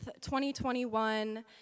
2021